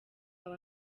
aba